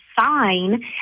sign